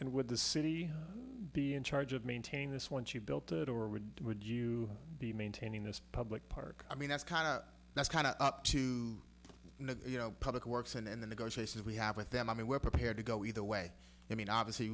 and with the city be in charge of maintain this once you've built it or would you would you be maintaining a public park i mean that's kind of that's kind of you know public works and the negotiations we have with them i mean we're prepared to go either way i mean obviously you